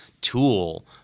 tool